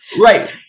Right